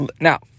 Now